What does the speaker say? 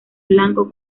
blanco